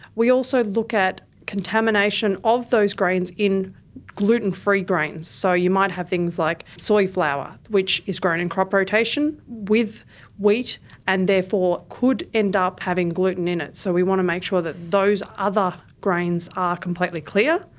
we also look at contamination of those grains in gluten-free grains. so you might have things like soy flour which is grown in crop rotation with wheat and therefore could end up having gluten in it. so we want to make sure that those other grains are completely clear.